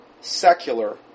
secular